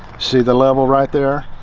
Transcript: see the level right there,